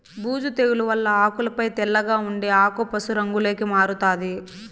బూజు తెగుల వల్ల ఆకులపై తెల్లగా ఉండి ఆకు పశు రంగులోకి మారుతాది